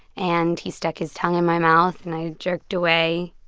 and he stuck his tongue in my mouth, and i jerked away.